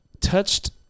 touched